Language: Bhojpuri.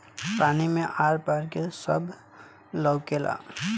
पानी मे आर पार के सब लउकेला